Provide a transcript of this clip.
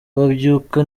babyuka